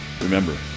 Remember